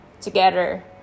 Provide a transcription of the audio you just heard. together